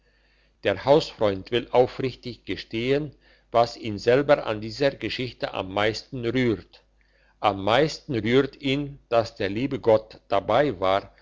der hausfreund will aufrichtig gestehen was ihn selber an dieser geschichte am meisten rührt am meisten rührt ihn dass der liebe gott dabei war